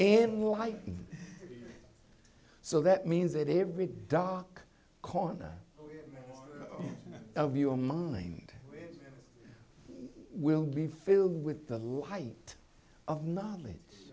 and more heightened so that means that every dark corner of your mind will be filled with the light of knowledge